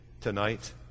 tonight